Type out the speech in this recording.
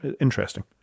interesting